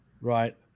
right